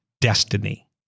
destiny